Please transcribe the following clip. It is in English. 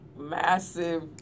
massive